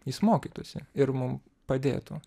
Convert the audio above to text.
jis mokytųsi ir mum padėtų